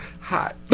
hot